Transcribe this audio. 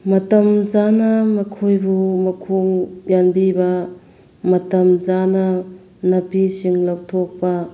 ꯃꯇꯝ ꯆꯥꯅ ꯃꯈꯣꯏꯕꯨ ꯃꯈꯣꯡ ꯌꯥꯟꯕꯤꯕ ꯃꯇꯝ ꯆꯥꯅ ꯅꯥꯄꯤꯁꯤꯡ ꯂꯧꯊꯣꯛꯄ